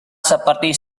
seperti